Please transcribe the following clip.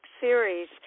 series